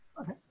Okay